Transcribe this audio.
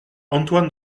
antoine